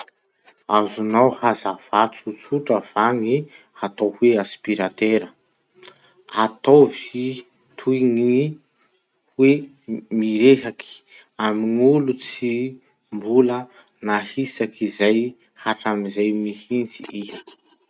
Azonao hazavà tsotsotra va ny atao hoe aspirateur? Ataovy toy ny hoe mirehaky amy gn'olo tsy mbola nahisaky izay hatramizay mihitsy iha.